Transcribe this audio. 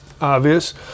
obvious